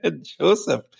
Joseph